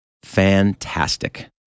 fantastic